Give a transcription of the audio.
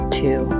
two